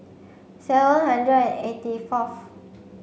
seven hundred and eighty fourth